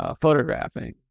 photographing